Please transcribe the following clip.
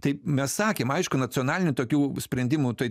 tai mes sakėm aišku nacionalinių tokių sprendimų tai